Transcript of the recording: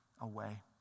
away